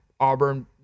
Auburn